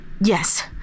yes